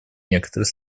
некоторые